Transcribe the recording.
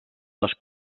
les